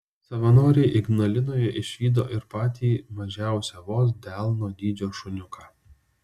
savanoriai ignalinoje išvydo ir patį mažiausią vos delno dydžio šuniuką